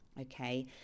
okay